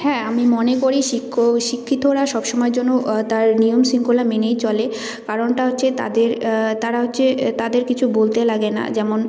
হ্যাঁ আমি মনে করি শিক্ষ শিক্ষিতরা সব সময়ের জন্য তার নিয়ম শৃঙ্খলা মেনেই চলে কারণটা হচ্চে তাদের তারা হচ্ছে তাদের কিছু বলতে লাগে না যেমন